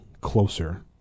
closer